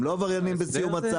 לא עבריינים בסיום הצו?